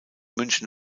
münchen